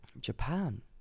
Japan